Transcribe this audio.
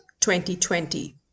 2020